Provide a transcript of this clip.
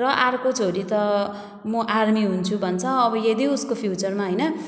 र अर्को छोरी त म आर्मी हुन्छु भन्छ अब यदि उसको फ्युचरमा हैन